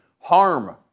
harm